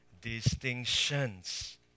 distinctions